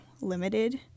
limited